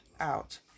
out